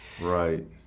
Right